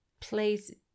please